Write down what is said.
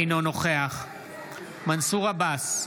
אינו נוכח מנסור עבאס,